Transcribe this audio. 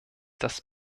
das